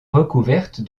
recouverte